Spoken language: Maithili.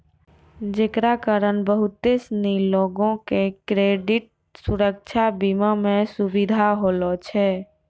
जेकरा कारण बहुते सिनी लोको के क्रेडिट सुरक्षा बीमा मे सुविधा होलो छै